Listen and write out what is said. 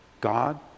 God